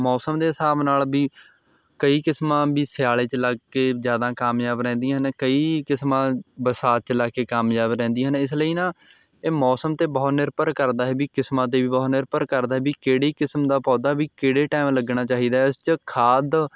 ਮੌਸਮ ਦੇ ਹਿਸਾਬ ਨਾਲ ਵੀ ਕਈ ਕਿਸਮਾਂ ਵੀ ਸਿਆਲ 'ਚ ਲੱਗ ਕੇ ਜ਼ਿਆਦਾ ਕਾਮਯਾਬ ਰਹਿੰਦੀਆਂ ਨੇ ਕਈ ਕਿਸਮਾਂ ਬਰਸਾਤ 'ਚ ਲਾ ਕੇ ਕਾਮਯਾਬ ਰਹਿੰਦੀਆਂ ਨੇ ਇਸ ਲਈ ਨਾ ਇਹ ਮੌਸਮ 'ਤੇ ਬਹੁਤ ਨਿਰਭਰ ਕਰਦਾ ਹੈ ਵੀ ਕਿਸਮਾਂ 'ਤੇ ਵੀ ਬਹੁਤ ਨਿਰਭਰ ਕਰਦਾ ਹੈ ਵੀ ਕਿਹੜੀ ਕਿਸਮ ਦਾ ਪੌਦਾ ਵੀ ਕਿਹੜੇ ਟਾਈਮ ਲੱਗਣਾ ਚਾਹੀਦਾ ਹੈ ਇਸ 'ਚ ਖਾਦ